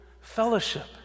fellowship